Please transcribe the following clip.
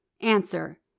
Answer